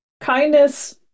kindness